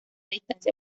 distancia